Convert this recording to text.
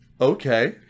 Okay